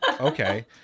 Okay